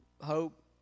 hope